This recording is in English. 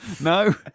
no